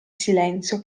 silenzio